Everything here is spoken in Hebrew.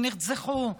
שנרצחו,